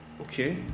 okay